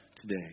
today